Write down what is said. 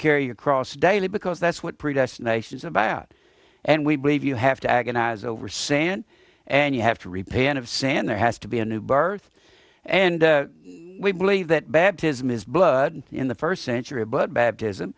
carry your cross daily because that's what predestination is about and we believe you have to agonize over sand and you have to repay and of sand there has to be a new birth and we believe that baptism is blood in the first century but baptism